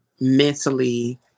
mentally